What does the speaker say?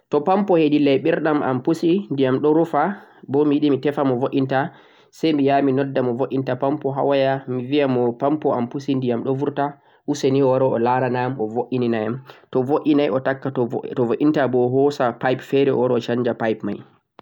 To pampo heedi layɓirɗam am pusi, ndiyam ɗo rufa, bo mi yiɗi mi tefa mo bo'iinta, say mi yaha mi nodda mo bo'iinta pampo ha waya mi biya mo pampo am pusi ndiyam ɗo burta, useni o wara o laara na am, o bo'iinana yam, to bo'iinay o takka, to bo'iinta bo o hoosa pipe feere o wara o canja pipe may.